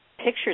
pictures